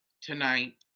tonight